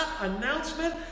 announcement